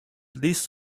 this